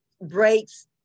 breaks